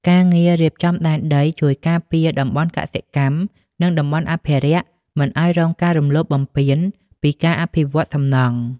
ការងាររៀបចំដែនដីជួយការពារតំបន់កសិកម្ម និងតំបន់អភិរក្សមិនឱ្យរងការរំលោភបំពានពីការអភិវឌ្ឍសំណង់។